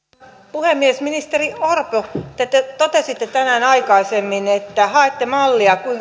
puhemies ministeri orpo te te totesitte tänään aikaisemmin että haette mallia kuinka